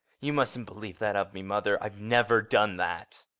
you mustn't believe that of me, mother! i've never done that.